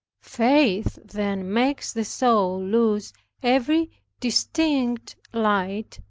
faith then makes the soul lose every distinct light,